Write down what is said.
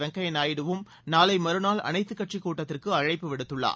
வெங்கைய நாயுடுவும் நாளை மறுநாள் அனைத்துக் கட்சிக் கூட்டத்திற்கு அழைப்பு விடுத்துள்ளார்